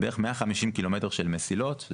ובערך 150 קילומטר של מסילות,